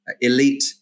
elite